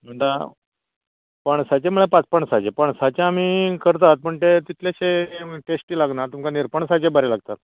म्हणटा हां पणसाचें म्हणळ्यार पांत पणसाचें पणसाचें आमी करतात पुण तें तितलेशें टेस्टी लागनात तुमकां निरपणसाचे बरें लागतात